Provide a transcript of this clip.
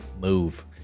Move